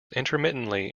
intermittently